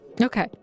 Okay